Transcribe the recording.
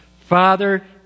Father